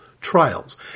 trials